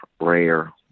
rare